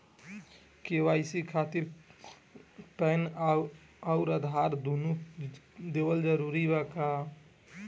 KYC खातिर PAN आउर आधार दुनों देवल जरूरी बा?